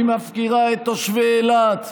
היא מפקירה את תושבי אילת,